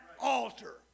altar